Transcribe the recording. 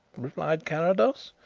replied carrados.